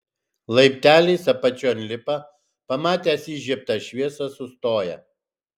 laipteliais apačion lipa pamatęs įžiebtą šviesą sustoja